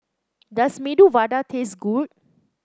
does Medu Vada taste good